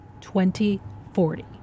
2040